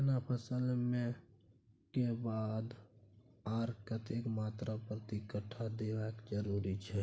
केना फसल मे के खाद आर कतेक मात्रा प्रति कट्ठा देनाय जरूरी छै?